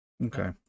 Okay